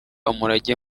umurage